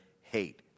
hate